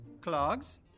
Clogs